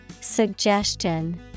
Suggestion